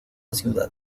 ciudad